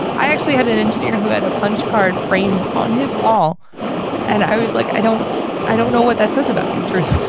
i actually had an engineer who had a punch card framed on his wall and i was like i don't i don't know what that says about you truth